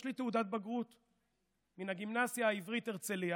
יש לי תעודת בגרות מן הגימנסיה העברית הרצליה,